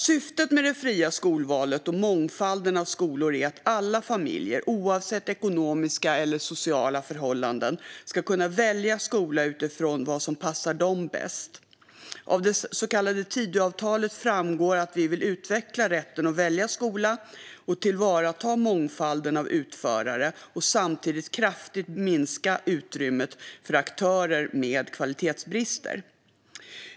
Syftet med det fria skolvalet och mångfalden av skolor är att alla familjer, oavsett ekonomiska eller sociala förhållanden, ska kunna välja skola utifrån vad som passar dem bäst. Av det så kallade Tidöavtalet framgår att vi vill utveckla rätten att välja skola och tillvarata mångfalden av utförare och samtidigt kraftigt minska utrymmet för aktörer med kvalitetsbrister.